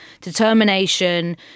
determination